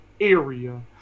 area